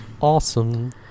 awesome